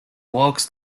walks